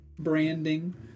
Branding